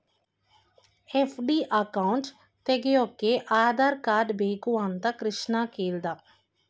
FD account ತೆಗೆಯೋಕೆ Aadhaar card ಬೇಕು ಅಂತ ಕೃಷ್ಣ ಕೇಳ್ದ